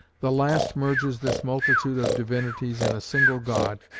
the last merges this multitude of divinities in a single god,